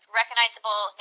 recognizable